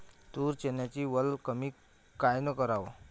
तूर, चन्याची वल कमी कायनं कराव?